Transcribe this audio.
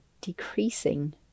decreasing